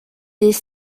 des